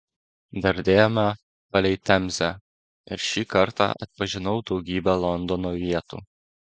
dardėjome palei temzę ir šį kartą atpažinau daugybę londono vietų